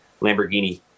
lamborghini